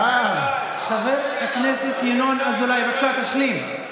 חבר הכנסת ינון אזולאי, בבקשה, תשלים.